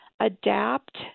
adapt